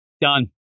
Done